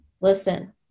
listen